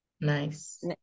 Nice